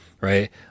right